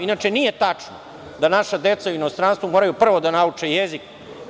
Inače, nije tačno da naša deca u inostranstvu prvo moraju da nauče jezik.